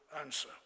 answer